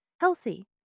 healthy